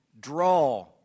draw